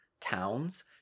towns